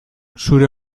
zure